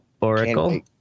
oracle